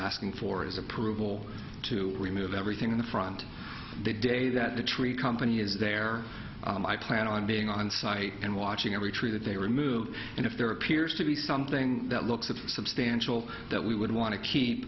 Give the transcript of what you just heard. asking for is approval to remove everything in the front of the day that the tree company is there i plan on being on site and watching every tree that they remove and if there appears to be something that looks at a substantial that we would want to keep